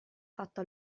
fatto